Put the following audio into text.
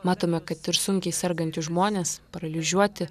matome kad ir sunkiai sergantys žmonės paralyžiuoti